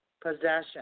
Possession